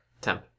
Temp